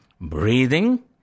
Breathing